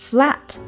Flat